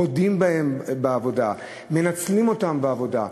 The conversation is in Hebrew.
רודים בהן בעבודה, מנצלים אותן בעבודה.